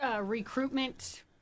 recruitment